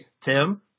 Tim